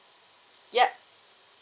yup